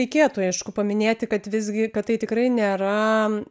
reikėtų aišku paminėti kad visgi kad tai tikrai nėra